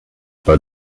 bei